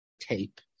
tape